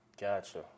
Gotcha